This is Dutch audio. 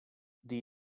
die